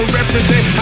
represent